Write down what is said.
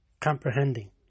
comprehending